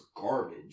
garbage